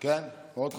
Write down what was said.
כן, מאוד חשוב,